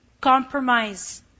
compromise